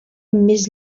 més